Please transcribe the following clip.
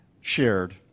shared